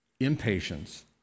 Impatience